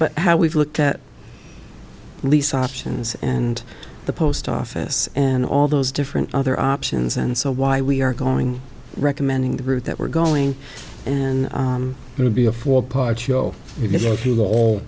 but how we've looked at lease options and the post office and all those different other options and so why we are going recommending the route that we're going and going to be a four part show